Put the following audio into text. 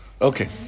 okay